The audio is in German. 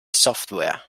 software